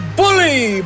bully